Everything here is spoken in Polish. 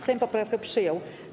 Sejm poprawkę przyjął.